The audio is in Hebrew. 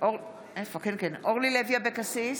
אורלי לוי אבקסיס,